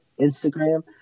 Instagram